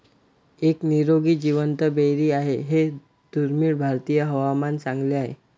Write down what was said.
एक निरोगी जिवंत बेरी आहे हे दुर्मिळ भारतीय हवामान चांगले आहे